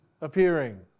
appearing